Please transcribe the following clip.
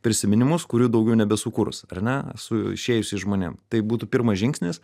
prisiminimus kurių daugiau nebesukurs ar ne su išėjusiais žmonėm tai būtų pirmas žingsnis